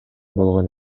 болгон